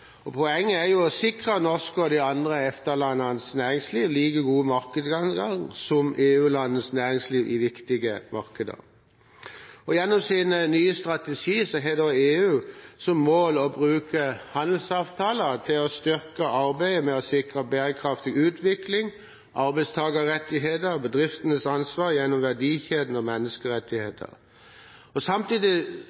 land. Poenget er jo å sikre det norske og de andre EFTA-landenes næringsliv like god markedsadgang som EU-landenes næringsliv i viktige markeder. Gjennom sin nye strategi har EU som mål å bruke handelsavtaler til å styrke arbeidet med å sikre bærekraftig utvikling, arbeidstakerrettigheter, bedriftenes ansvar gjennom verdikjeden og